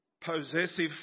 possessive